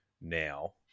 now